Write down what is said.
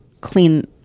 clean